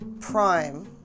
Prime